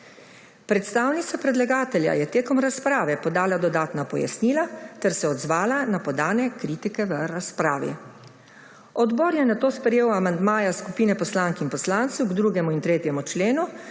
Predstavnica predlagatelja je med razpravo podala dodatna pojasnila ter se odzvala na podane kritike v razpravi. Odbor je nato sprejel amandmaja skupine poslank in poslancev k 2. in 3. členu